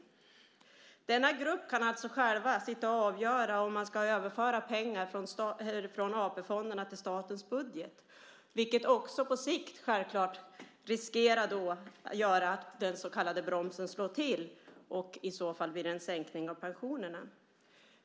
I denna grupp kan de alltså själva sitta och avgöra om pengar ska överföras från AP-fonderna till statens budget, vilket också på sikt självklart riskerar att göra att den så kallade bromsen slår till. I så fall blir det en sänkning av pensionerna.